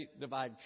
divide